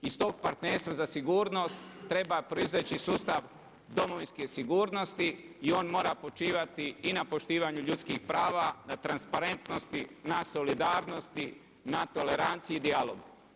Iz tog partnerstva za sigurnost, treba proizveći sustav domovinske sigurnosti i on mora počivati i na poštivanju ljudskih prava, na transparentnosti na solidarnosti, na toleranciji i dijalogu.